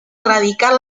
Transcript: erradicar